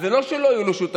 אז זה לא שלא יהיו לו שותפים,